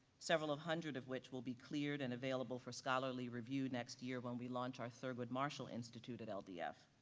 several of hundred of which will be cleared and available for scholarly review next year when we launch our thurgood marshall institute at ldf.